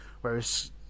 whereas